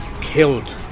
killed